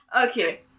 okay